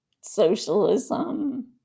socialism